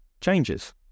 changes